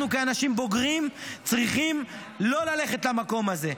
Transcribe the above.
אנחנו כאנשים בוגרים צריכים לא ללכת למקום הזה,